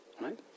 right